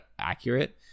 accurate